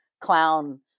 clown